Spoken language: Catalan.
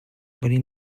venim